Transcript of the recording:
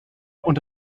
und